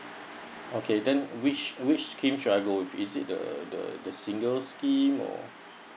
okay then which which scheme should I go is it the the the single scheme or